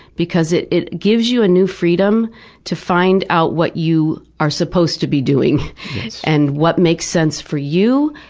because it it gives you a new freedom to find out what you are supposed to be doing and what makes sense for you,